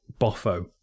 Boffo